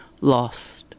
lost